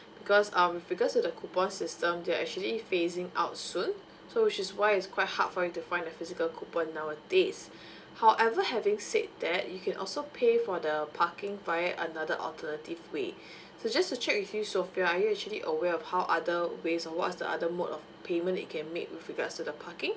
because um because with the coupon system to actually phasing out soon so which is why it's quite hard for you to find the physical coupon nowadays however having said that you can also pay for the parking by another alternative way so just to check with you sofea are you actually aware of how other ways or what's the other mode of payment it can make with regards to the parking